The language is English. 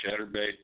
Chatterbait